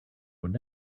would